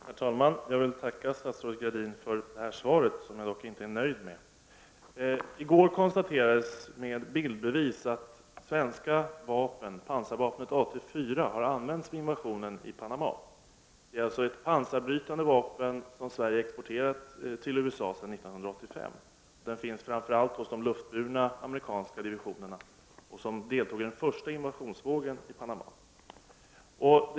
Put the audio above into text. Herr talman! Jag vill tacka statsrådet Gradin för svaret, som jag dock inte är nöjd med. I går konstaterades med bildbevis att det svenska pansarvapnet AT4 har använts vid invasionen i Panama. Det är ett pansarbrytande vapen, som Sverige har exporterat till USA sedan 1985, och det finns framför allt hos de luftburna amerikanska divisionerna, som deltog i den första invasionsvågen i Panama.